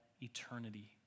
eternity